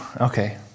Okay